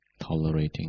tolerating